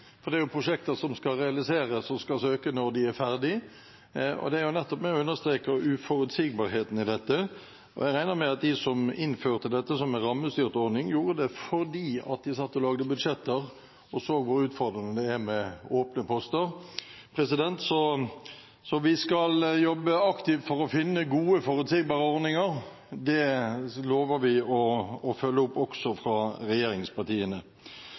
framtiden. Det er jo prosjekter som skal realiseres, og skal søke når de er ferdige. Og det er jo nettopp med og understreker uforutsigbarheten i dette. Jeg regner med at de som innførte dette som en rammestyrt ordning, gjorde det fordi de satt og lagde budsjetter og så hvor utfordrende det er med åpne poster. Så vi skal jobbe aktivt for å finne gode forutsigbare ordninger. Det lover vi å følge opp også fra regjeringspartiene.